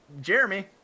Jeremy